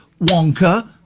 Wonka